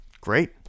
Great